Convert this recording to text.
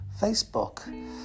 Facebook